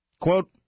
Quote